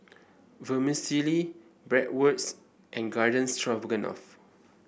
Vermicelli Bratwurst and Garden Stroganoff